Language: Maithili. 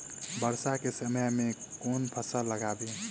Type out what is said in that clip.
वर्षा केँ समय मे केँ फसल लगाबी?